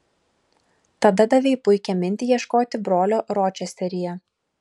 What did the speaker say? tada davei puikią mintį ieškoti brolio ročesteryje